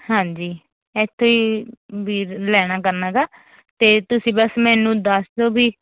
ਹਾਂਜੀ ਇੱਥੇ ਵੀ ਲੈਣਾ ਕਰਨਾ ਗਾ ਅਤੇ ਤੁਸੀਂ ਬਸ ਮੈਨੂੰ ਦਸ ਦਿਓ ਵੀ